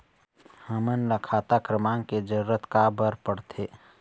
हमन ला खाता क्रमांक के जरूरत का बर पड़थे?